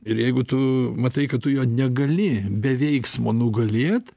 ir jeigu tu matai kad tu jo negali be veiksmo nugalėt